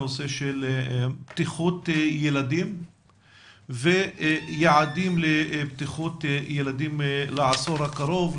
הנושא של בטיחות ילדים ויעדים לבטיחות ילדים לעשור הקרוב,